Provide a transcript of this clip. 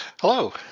Hello